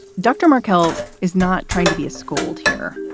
dr. markelle is not trying to be a scold here.